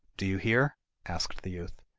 do you hear asked the youth.